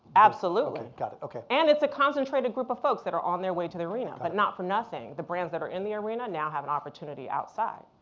absolutely. got it. and it's a concentrated group of folks that are on their way to the arena. but not for nothing, the brands that are in the arena now have an opportunity outside.